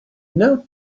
knelt